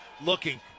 looking